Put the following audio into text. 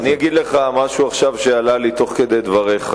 אני אגיד לך עכשיו משהו שעלה אצלי תוך כדי דבריך,